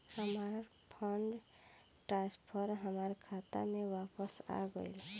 हमार fund transfer हमार खाता में वापस आ गइल